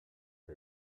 but